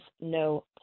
no